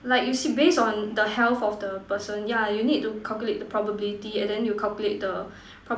like you see based on the health of the person yeah you need to calculate the probability and then you calculate the